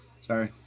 Sorry